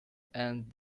and